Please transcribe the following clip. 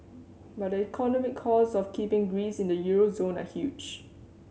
but the economic costs of keeping Greece in the euro zone are huge